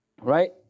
Right